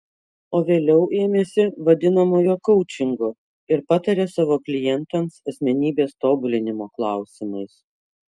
o vėliau ėmėsi vadinamojo koučingo ir pataria savo klientams asmenybės tobulinimo klausimais